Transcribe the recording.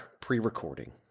pre-recording